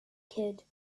could